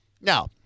Now